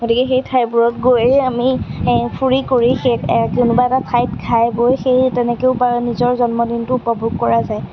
গতিকে সেই ঠাইবোৰত গৈ আমি এহ ফুৰি কৰি সেই কোনোবা এটা ঠাইত খাই বৈ সেই তেনেকৈয়ো বা নিজৰ জন্মদিনটো উপভোগ কৰা যায়